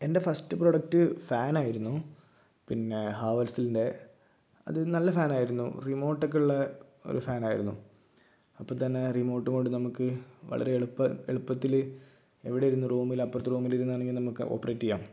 എൻറ first product ഫാനായിരുന്നു പിന്നെ ഹാവൽസിഎൻ്റെ അത് നല്ല ഫാനായിരുന്നു റിമോട്ടൊക്കെയുള്ള ഒരു ഫാനായിരുന്നു അപ്പം തന്നെ റിമോട്ടു കൊണ്ട് നമുക്ക് വളരെയെളുപ്പ എളുപ്പത്തില് എവിടിരുന്നു റൂമില് അപ്പുറത്തെ റൂമിലിരുന്നാണെങ്കിലും നമുക്ക് ഓപ്പറേറ്റ് ചെയ്യാം